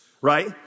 right